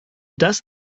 das